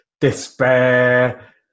despair